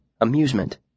Amusement